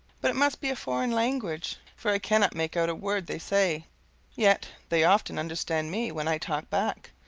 but it must be a foreign language, for i cannot make out a word they say yet they often understand me when i talk back,